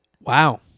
Wow